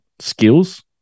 skills